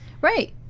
Right